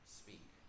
speak